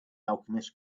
alchemist